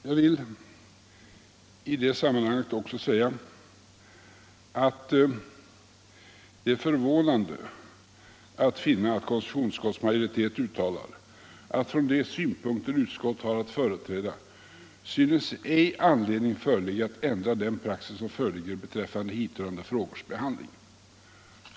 Jag vill i det sammanhanget också säga att det är förvånande att finna att konstitutionsutskottets majoritet uttalar att från de synpunkter som utskottet har att företräda synes anledning inte finnas att ändra den praxis som föreligger beträffande hithörande frågors behandling.